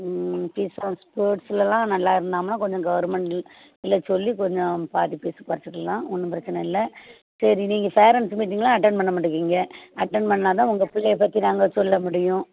ம் ஸ்போர்ட்ஸ்லெலாம் நல்லா இருந்தாம்னால் கொஞ்சம் கவர்மெண்டில் இல்லை சொல்லி கொஞ்சம் பாதி பீஸை குறச்சிக்கலாம் ஒன்றும் பிரச்சனை இல்லை சரி நீங்கள் பேரண்ட்ஸ் மீட்டிங்கெல்லாம் அட்டென்ட் பண்ண மாட்டிக்கீங்க அட்டண்ட் பண்ணிணா தான் உங்கள் பிள்ளைய பற்றி நாங்கள் சொல்ல முடியும்